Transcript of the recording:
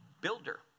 builder